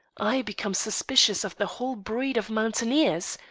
i become suspicious of the whole breed of mountaineers.